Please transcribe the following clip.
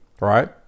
right